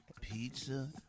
pizza